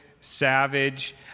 savage